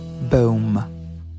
Boom